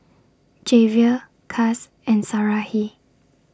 Javier Cas and Sarahi